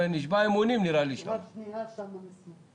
נוסף על האמור בתקנת משנה (ב1),